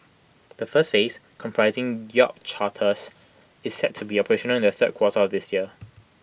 the first phase comprising Yacht Charters is set to be operational in the third quarter of this year